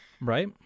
right